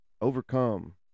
overcome